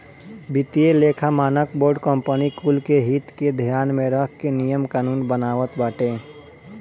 वित्तीय लेखा मानक बोर्ड कंपनी कुल के हित के ध्यान में रख के नियम कानून बनावत बाटे